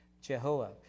Jehovah